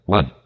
One